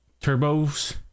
turbos